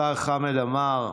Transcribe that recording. השר חמד עמאר,